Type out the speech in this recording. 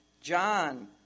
John